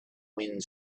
wind